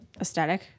aesthetic